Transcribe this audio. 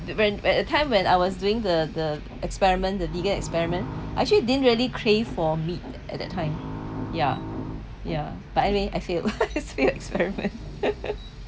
when at time when I was doing the the experiment the vegan experiment I actually didn't really crave for meat at that time ya ya but anyway I failed failed experiment